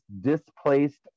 displaced